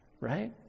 right